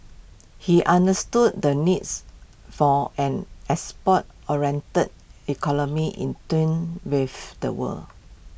he understood the needs for an export oriented economy in tune with the world